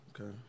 Okay